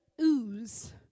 ooze